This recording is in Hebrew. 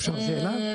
אפשר שאלה?